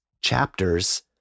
chapters